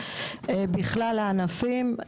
בכלל הענפים,